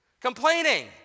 Complaining